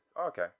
okay